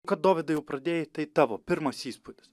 kad dovydai jau pradėjai tai tavo pirmas įspūdis